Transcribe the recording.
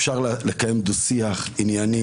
אפשר לקיים שיח ענייני,